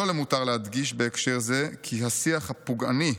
לא למותר להדגיש בהקשר זה כי השיח הפוגעני,